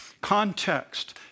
Context